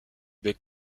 bec